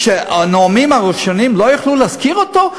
הנואמים הראשונים לא יכלו להזכיר אותו,